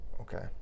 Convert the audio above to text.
Okay